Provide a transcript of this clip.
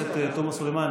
חברת הכנסת תומא סלימאן,